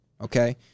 Okay